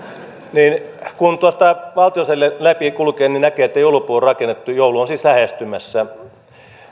vain kun tuosta valtiosalin läpi kulkee niin näkee että joulupuu on rakennettu joulu on siis lähestymässä